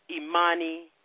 Imani